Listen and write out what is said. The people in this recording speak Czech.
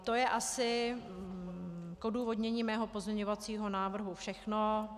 To je asi k odůvodnění mého pozměňovacího návrhu všechno.